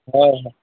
ᱦᱮᱸ ᱦᱮᱸ